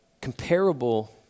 comparable